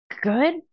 good